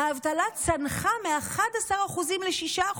האבטלה צנחה מ-11% ל-6%.